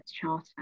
charter